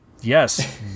yes